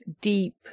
deep